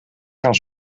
gaan